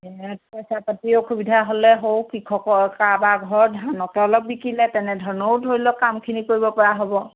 এ পইচা পাতিও অসুবিধা হ'লে হ'ব কৃষকৰ কাৰোবাৰ ঘৰৰ ধানকে অলপ বিকিলে তেনেধৰণেও ধৰি লওক কামখিনি কৰিব পৰা হ'ব